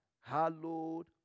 hallowed